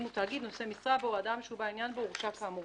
ואם הוא תאגיד נושא משרה בו או אדם שהוא בעל ענין בו הורשע כאמור".